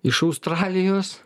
iš australijos